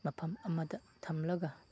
ꯃꯐꯝ ꯑꯃꯗ ꯊꯝꯂꯒ